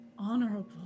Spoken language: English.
Honorable